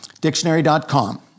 Dictionary.com